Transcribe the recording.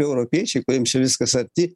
europiečiai kuriems čia viskas arti